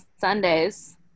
Sundays